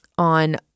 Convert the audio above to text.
On